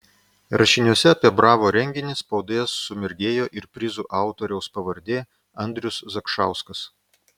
rašiniuose apie bravo renginį spaudoje sumirgėjo ir prizų autoriaus pavardė andrius zakšauskas